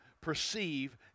perceive